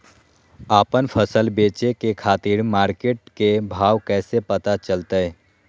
आपन फसल बेचे के खातिर मार्केट के भाव कैसे पता चलतय?